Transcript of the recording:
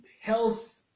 health